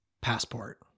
Passport